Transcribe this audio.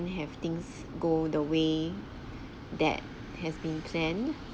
have things go the way that has been plan